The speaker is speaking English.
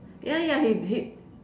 ya ya he he